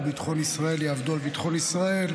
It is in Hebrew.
ביטחון ישראל יעבדו על ביטחון ישראל,